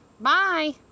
Bye